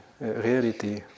reality